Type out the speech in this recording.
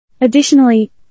Additionally